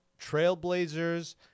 trailblazers